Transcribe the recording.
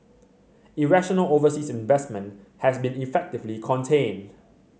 irrational overseas investment has been effectively contained